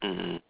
mm